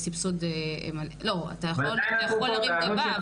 אתה יכול להרים גבה,